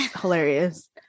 hilarious